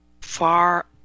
far